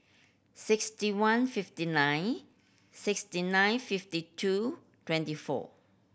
sixty one fifty nine sixty nine fifty two twenty four